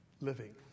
living